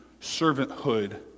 servanthood